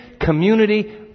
community